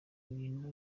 ibintu